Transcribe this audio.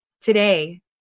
today